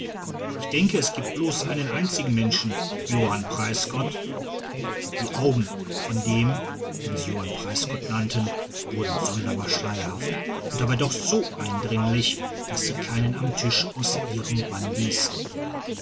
ich denke es gibt bloß einen einzigen menschen johann preisgott die augen von dem den sie johann preisgott nannten wurden sonderbar schleierhaft und dabei doch so eindringlich daß sie keinen am tisch aus ihrem bann ließen